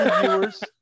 viewers